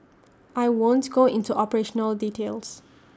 I won't go into operational details